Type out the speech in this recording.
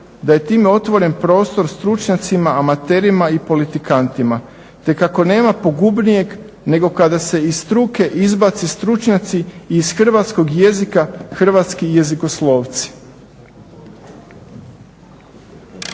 da je time otvoren prostor stručnjacima, amaterima i politikantima te kako nema pogubnijeg nego kada se iz struke izbace stručnjaci i iz hrvatskog jezika hrvatski jezikoslovci.